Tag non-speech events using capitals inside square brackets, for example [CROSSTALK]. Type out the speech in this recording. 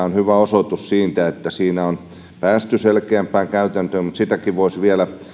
[UNINTELLIGIBLE] on hyvä osoitus siitä että siinä on päästy selkeämpään käytäntöön mutta sitäkin voisi vielä